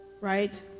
right